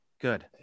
Good